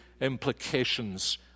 implications